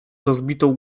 rozbitą